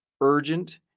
urgent